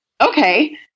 Okay